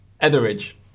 Etheridge